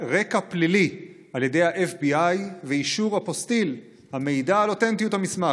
רקע פלילי על ידי ה-FBI ואישור אפוסטיל המעידה על אותנטיות המסמך.